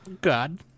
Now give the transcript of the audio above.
God